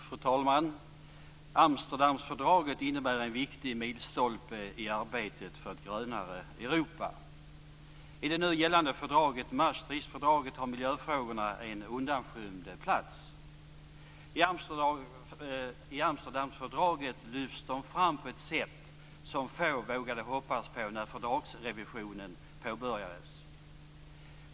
Fru talman! Amsterdamfördraget innebär en viktig milstolpe i arbetet för ett grönare Europa. I det nu gällande fördraget, Maastrichtfördraget, har miljöfrågorna en undanskymd plats. I Amsterdamfördraget lyfts de fram på ett sätt som få vågade hoppas på när fördragsrevisionen påbörjades.